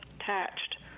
attached